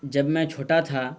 جب میں چھوٹا تھا